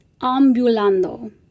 ambulando